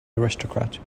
aristocrat